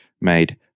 made